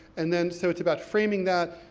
and then so, it's about framing that,